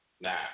Nah